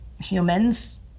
humans